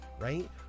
right